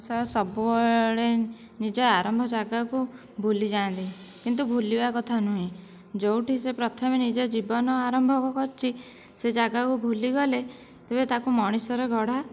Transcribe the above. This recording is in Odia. ଷ ସବୁବେଳେ ନିଜ ଆରମ୍ଭ ଜାଗାକୁ ଭୁଲିଯାଆନ୍ତି କିନ୍ତୁ ଭୁଲିବା କଥା ନୁହେଁ ଯେଉଁଠି ସେ ପ୍ରଥମେ ନିଜ ଜୀବନ ଆରମ୍ଭ କରିଛି ସେ ଜାଗାକୁ ଭୁଲିଗଲେ ତେବେ ତାକୁ ମଣିଷରେ ଗଢା